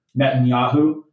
Netanyahu